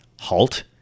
halt